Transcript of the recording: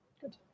Good